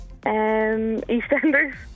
EastEnders